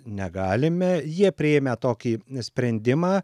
negalime jie priėmę tokį sprendimą